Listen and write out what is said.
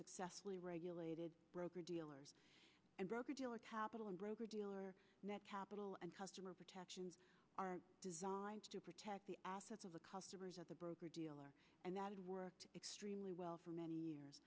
successfully regulated broker dealers and broker dealer capital and broker dealer net capital and customer protections are designed to protect the assets of the customers as a broker dealer and that worked extremely well for many years